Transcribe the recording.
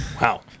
Wow